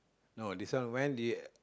no this one when did